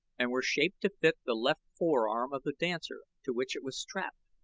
and were shaped to fit the left forearm of the dancer, to which it was strapped.